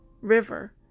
river